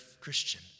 Christian